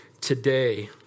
today